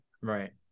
right